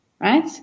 Right